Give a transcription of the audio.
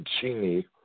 Chini